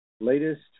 Latest